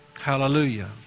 Hallelujah